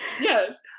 Yes